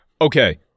Okay